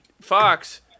Fox